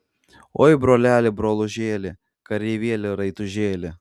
oi broleli brolužėli kareivėli raitužėli